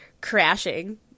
crashing